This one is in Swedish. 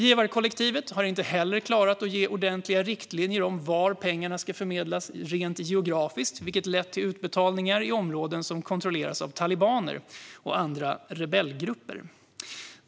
Givarkollektivet har heller inte klarat att ge ordentliga riktlinjer om vart pengarna ska förmedlas rent geografiskt, vilket har lett till utbetalningar i områden som kontrolleras av talibaner och andra rebellgrupper.